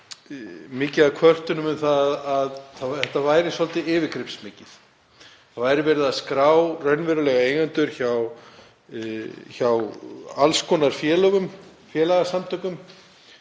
mikið af kvörtunum um að þetta væri svolítið yfirgripsmikið, það væri verið að skrá raunverulega eigendur hjá alls konar félögum,